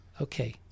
Okay